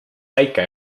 päike